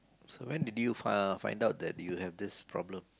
so when did you uh find out that you have this problem